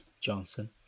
Johnson